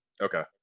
Okay